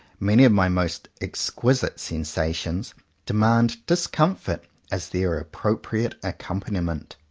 many of my most ex quisite sensations demand discomfort as their appropriate accompaniment.